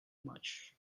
much